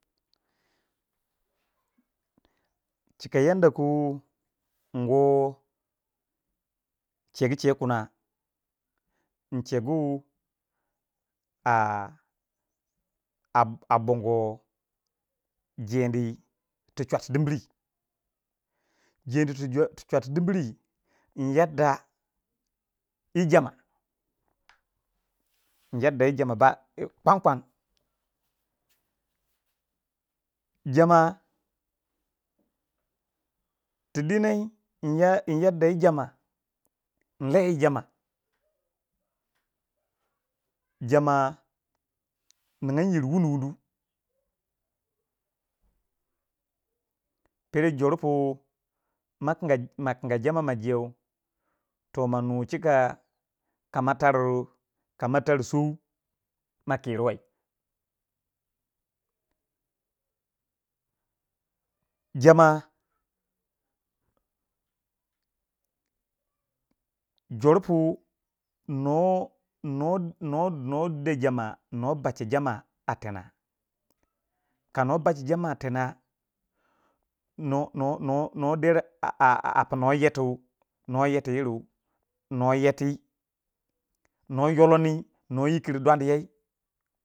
Chika yan da ku nwo chegu che kuna nchegu a a a bongo jeni tu chuati dimri, jeni tu chuawti dimiri n min yadda ẹ jama min yadda ẹ jama n kwan kwan jama ti dina in yadda ijama ẹ yi jama nle yi jama, jama ningyan yirrin wunu wunu pere jor pu ma kinga ma kinga jama ma jeu toh manu cika kama tar- kama tar sou ma kirru wei, jama jor pu nwo- nwo- nwo- nwo de jama nwo basha jama ạtena ka numa bashi jama a tena nwo- nwo- nwo- nwo nuwa der a a puno yeti yirri nuwa yeti nuwa yolani nuwa yikiri dwani yo.